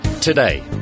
today